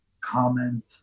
comment